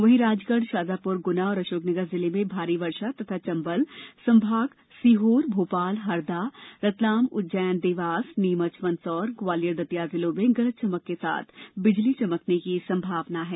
वहीं राजगढ़ शाजापुर गुना और अशोकनगर जिले में भारी वर्षा तथा चंबल संभाग सीहोर भोपाल हरदा रतलाम उज्जैन देवास नीमच मंदसौर ग्वालियर दतिया जिलों में गरज चमक के साथ बिजली चमकने की संभावना है